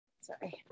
sorry